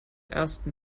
ersten